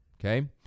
Okay